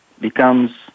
becomes